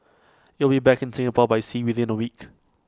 IT will be back in Singapore by sea within A week